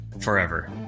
forever